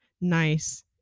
nice